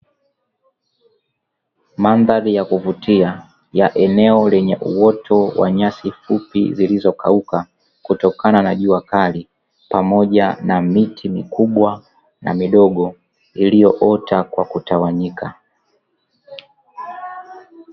Mandhari ya kuvutia ya eneo lenye uoto wa nyasi fupi zilizokauka kutokana na jua kali pamoja na miti mikubwa na midogo, iliyoota kwa kutawanyika.